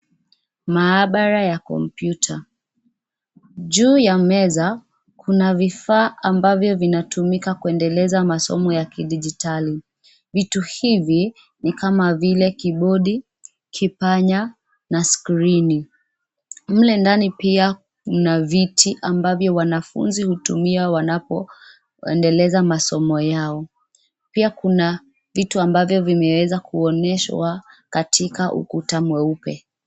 Maabara ya kompyuta, juu ya meza kuna vifaa ambavyo vinatumika kuendeleza masomo ya kidijitali, vitu hivi ni kama vile kibodi, kipanya na skrini. Mle ndani pia mna viti ambavyo wanafunzi hutumia wanapo endeleza masomo yao, pia kuna vitu ambavyo vimeweza kuonyesha katika ukuta mweupe.